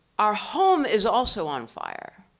our home is also on fire,